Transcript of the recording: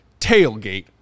tailgate